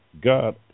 God